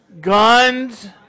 Guns